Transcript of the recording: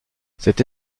cette